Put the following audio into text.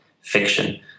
fiction